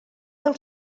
del